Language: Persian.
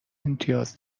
امتیاز